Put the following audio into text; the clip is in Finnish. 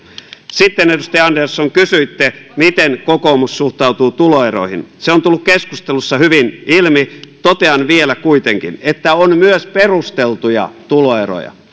sitten edustaja andersson kysyitte miten kokoomus suhtautuu tuloeroihin se on tullut keskustelussa hyvin ilmi totean vielä kuitenkin että on myös perusteltuja tuloeroja